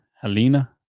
Helena